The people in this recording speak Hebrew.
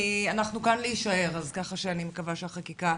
אנחנו כאן להישאר, ככה שאני מקווה שהחקיקה